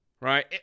right